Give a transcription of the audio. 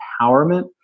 empowerment